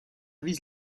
vise